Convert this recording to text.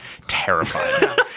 terrified